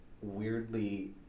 weirdly